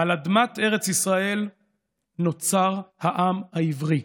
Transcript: על אדמת ארץ ישראל נוצר העם העברי.